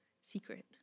secret